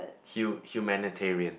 hu~ humanitarian